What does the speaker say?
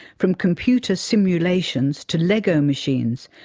from computer simulations to lego machines,